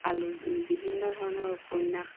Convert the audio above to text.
আলো বিভিন্ন ধৰণৰ উপন্যাস